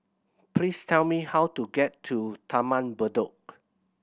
please tell me how to get to Taman Bedok